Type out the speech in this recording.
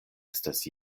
estas